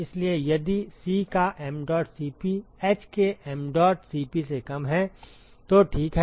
इसलिए यदि c का mdot Cp h के mdot Cp से कम है तो ठीक है